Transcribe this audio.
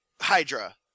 Hydra